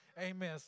Amen